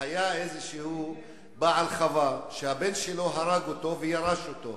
היה איזשהו בעל חווה שהבן שלו הרג אותו וירש אותו.